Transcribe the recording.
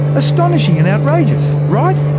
astonishing and outrageous right?